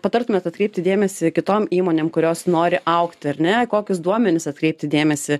patartumėt atkreipti dėmesį kitom įmonėm kurios nori augti ar ne į kokius duomenis atkreipti dėmesį